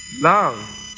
Love